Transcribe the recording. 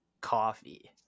coffee